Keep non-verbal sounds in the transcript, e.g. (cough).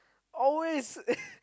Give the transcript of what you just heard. always (laughs)